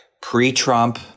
Pre-Trump